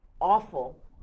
awful